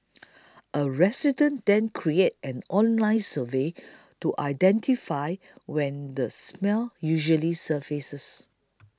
a resident then created an online survey to identify when the smell usually surfaces